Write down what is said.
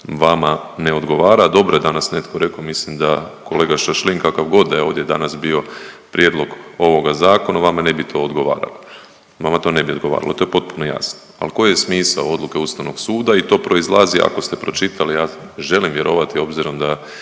vama ne odgovara, dobro je danas netko rekao, mislim da kolega Šašlin kakavgod da je ovdje danas bio prijedlog ovoga zakona vama to ne bi odgovaralo, vama to ne bi odgovaralo to je potpuno jasno. Al koji je smisao odluke Ustavnog suda i to proizlazi ako ste pročitali, a želim vjerovati obzirom da